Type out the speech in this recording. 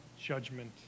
judgment